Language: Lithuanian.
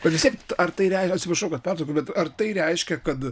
bet vistiek ar tai rei atsiprašau kad pertraukiau bet ar tai reiškia kad